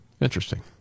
Interesting